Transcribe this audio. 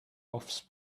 offs